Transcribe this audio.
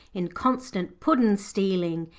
in constant puddin'-stealing.